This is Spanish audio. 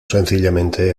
sencillamente